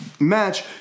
Match